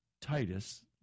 Titus